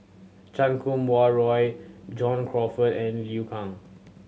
Chan Kum Wah Roy John Crawfurd and Liu Kang